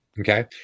Okay